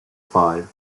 five